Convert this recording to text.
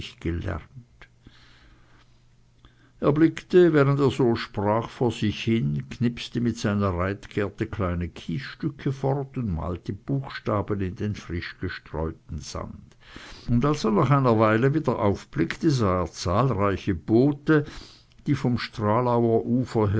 gelernt er blickte während er so sprach vor sich hin knipste mit seiner reitgerte kleine kiesstücke fort und malte buchstaben in den frischgestreuten sand und als er nach einer weile wieder aufblickte sah er zahlreiche boote die vom stralauer ufer her